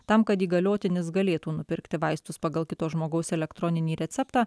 tam kad įgaliotinis galėtų nupirkti vaistus pagal kito žmogaus elektroninį receptą